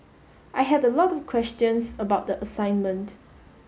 I had a lot of questions about the assignment